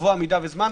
לקבוע מידה וזמן.